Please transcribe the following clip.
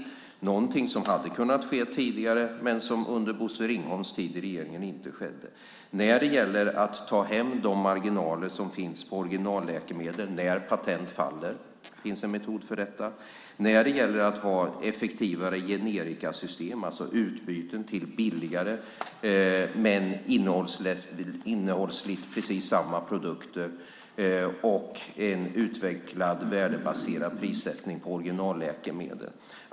Det är någonting som hade kunnat ske tidigare, men som inte skedde under Bosse Ringholms tid i regeringen. När det gäller att ta hem de marginaler som finns på originalläkemedel när patent faller finns det en metod för det liksom när det gäller effektiva generikasystem, alltså utbyten till billigare men innehållsmässigt likvärdiga produkter, och en utvecklad värdebaserad prissättning på originalläkemedel.